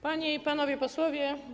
Panie i Panowie Posłowie!